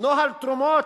נוהל תרומות,